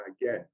again